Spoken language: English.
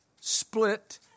split